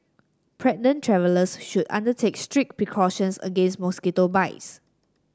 pregnant travellers should undertake strict precautions against mosquito bites